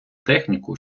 техніку